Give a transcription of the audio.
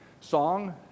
song